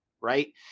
right